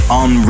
on